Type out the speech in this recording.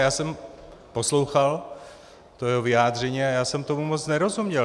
Já jsem poslouchal jeho vyjádření a já jsem tomu moc nerozuměl.